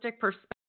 perspective